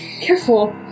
careful